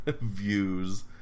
Views